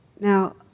Now